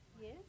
Yes